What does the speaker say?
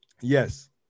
Yes